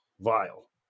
Vile